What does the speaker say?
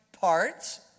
parts